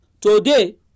Today